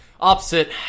opposite